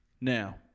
Now